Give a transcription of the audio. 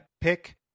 pick